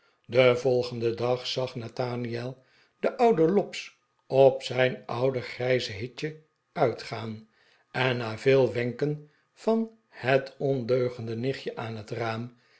den volgenden dag zag nathaniel den ouden lobbs op zijn oude grijze hitje uitgaan en na veel wenken van het ondeugende nichtje aan het raam